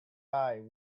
eye